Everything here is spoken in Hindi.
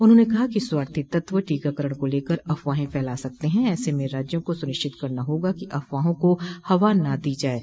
उन्होंने कहा कि स्वार्थी तत्व टीकाकरण को लेकर अफवाहें फला सकते हैं ऐसे में राज्यों को सुनिश्चित करना होगा कि अफवाहों को हवा न दी जाये